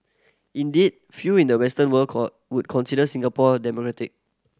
indeed few in the Western world would consider Singapore democratic